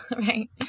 right